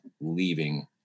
leaving